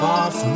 off